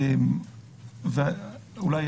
אולי,